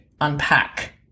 unpack